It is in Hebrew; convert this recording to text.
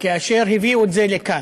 וכאשר הביאו את זה לכאן.